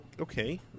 okay